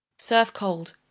serve cold.